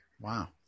Wow